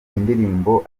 indirimbo